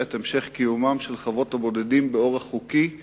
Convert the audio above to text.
את המשך קיומן של חוות הבודדים באורח חוקי,